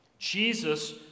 Jesus